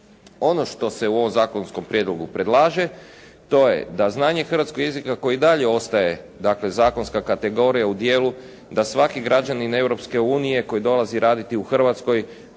Ono što se u ovom zakonskom prijedlogu predlaže to je da znanje hrvatskog jezika koji i dalje ostaje dakle zakonska kategorija u dijelu da svaki građanin Europske unije koji dolazi raditi u Hrvatskoj